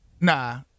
Nah